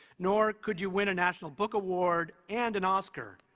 nor could you win a national book award and an oscar.